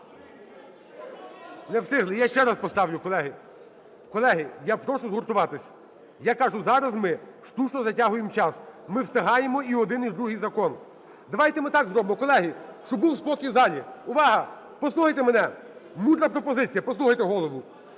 Не встигли? Я ще раз поставлю, колеги. Колеги, я прошу згуртуватися. Я кажу, зараз ми штучно затягуємо час. Ми встигаємо і один, і другий закон. Давайте ми так зробимо, колеги, щоб був спокій в залі. Увага, послухайте мене, мудра пропозиція, послухайте Голову,